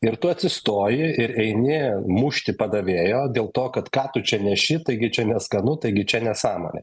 ir tu atsistoji ir eini mušti padavėjo dėl to kad ką tu čia neši taigi čia neskanu taigi čia nesąmonė